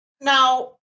Now